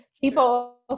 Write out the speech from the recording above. people